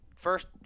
first